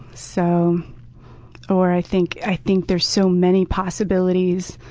so or i think i think there's so many possibilities.